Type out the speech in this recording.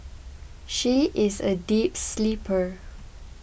she is a deep sleeper